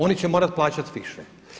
Oni će morati plaćati više.